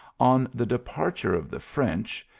on the departure of the french,